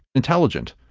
intelligent,